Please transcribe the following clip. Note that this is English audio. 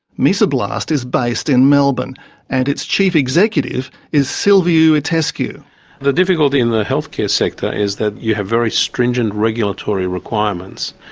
mesoblast is based in melbourne and its chief executive is silviu itescu. the difficulty in the healthcare sector is that you have very stringent regulatory requirements.